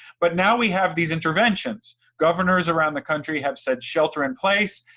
but now we have these interventions, governors around the country have said shelter-in-place.